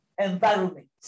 Environment